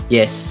Yes